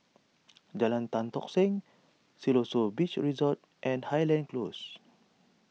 Jalan Tan Tock Seng Siloso Beach Resort and Highland Close